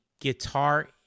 guitar